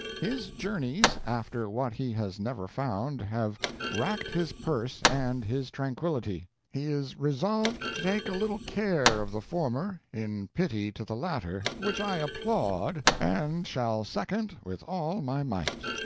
his journeys after what he has never found have racked his purse and his tranquillity. he is resolved to take a little care of the former, in pity to the latter, which i applaud, and shall second with all my might.